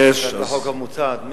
אם אין רשומים להתדיינות, נעבור להצבעה.